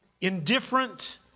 indifferent